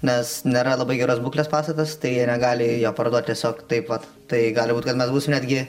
nes nėra labai geros būklės pastatas tai jie ir negali jo parduot tiesiog taip vat tai gali būt kas mes būsim netgi